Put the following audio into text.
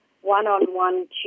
one-on-one